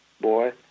boy